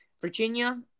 Virginia